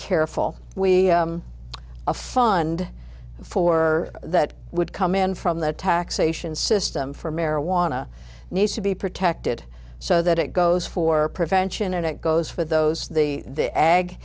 careful we fund for that would come in from the taxation system for marijuana needs to be protected so that it goes for prevention and it goes for those the the